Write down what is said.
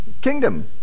kingdom